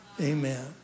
Amen